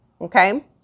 Okay